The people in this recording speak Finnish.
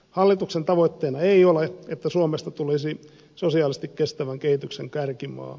hallituksen tavoitteena ei ole että suomesta tulisi sosiaalisesti kestävän kehityksen kärkimaa